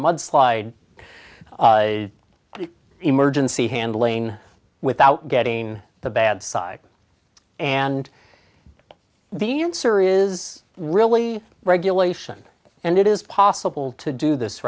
mudslide the emergency hand lane without getting the bad side and the answer is really regulation and it is possible to do this